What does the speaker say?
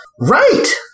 Right